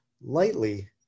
lightly